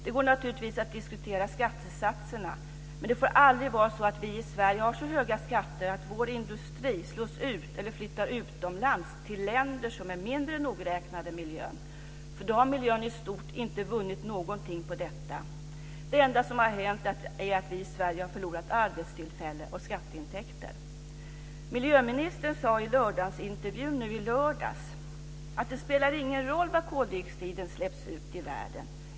Det går naturligtvis att diskutera skattesatserna, men det får aldrig vara så att vi i Sverige har så höga skatter att vår industri slås ut eller flyttar utomlands, till länder som är mindre nogräknade med miljön. Då har miljön i stort inte vunnit någonting. Det enda som har hänt är att vi i Sverige har förlorat arbetstillfällen och skatteintäkter. Miljöministern sade i lördagsintervjun nu i lördags att det inte spelar någon roll var i världen koldioxiden släpps ut.